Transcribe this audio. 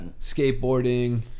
skateboarding